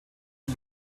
und